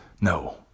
No